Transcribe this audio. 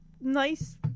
nice